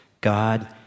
God